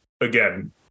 again